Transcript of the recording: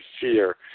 fear